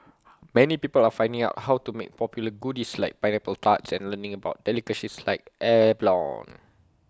many people are finding out how to make popular goodies like pineapple tarts and learning about delicacies like abalone